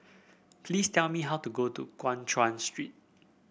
please tell me how to go to Guan Chuan Street